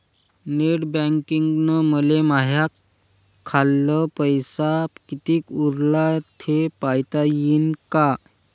Net बँकिंगनं मले माह्या खाल्ल पैसा कितीक उरला थे पायता यीन काय?